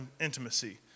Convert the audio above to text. intimacy